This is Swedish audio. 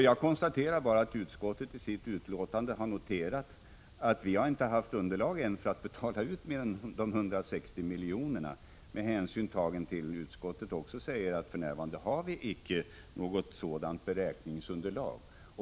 Jag konstaterar bara att utskottet i sitt betänkande har noterat att vi ännu inte har haft underlag för att betala ut mer än de 160 miljonerna med hänsyn tagen till att även utskottet säger att vi för närvarande icke har något sådant beräkningsunderlag.